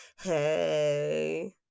Hey